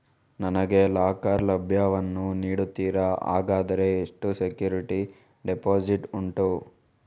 ನನಗೆ ಲಾಕರ್ ಸೌಲಭ್ಯ ವನ್ನು ನೀಡುತ್ತೀರಾ, ಹಾಗಾದರೆ ಎಷ್ಟು ಸೆಕ್ಯೂರಿಟಿ ಡೆಪೋಸಿಟ್ ಉಂಟು?